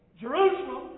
Jerusalem